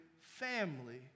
family